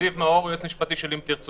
זיו מאור, היועץ המשפטי של אם תרצו.